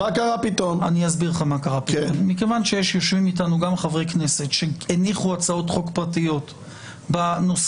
יושבים אתנו חברי כנסת שהניחו הצעות חוק פרטיות בנושא.